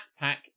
backpack